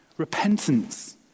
repentance